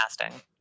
casting